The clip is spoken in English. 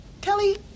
Kelly